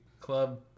club